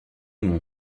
mon